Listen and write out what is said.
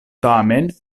tamen